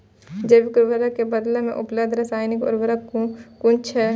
जैविक उर्वरक के बदला में उपलब्ध रासायानिक उर्वरक कुन छै?